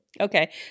okay